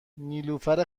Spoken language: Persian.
نیلوفر